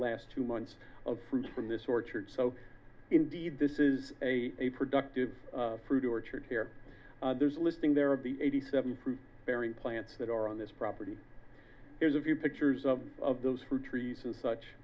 last two months of fruit from this orchard so indeed this is a a productive fruit orchard here there's a listing there of the eighty seven fruit bearing plants that are on this property there's a few pictures of those fruit trees and such